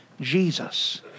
jesus